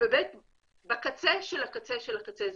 וזה בקצה של הקצה של הקצה.